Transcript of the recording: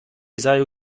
zajął